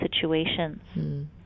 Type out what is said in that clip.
situations